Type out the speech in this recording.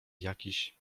jakiś